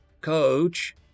coach